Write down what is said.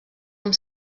amb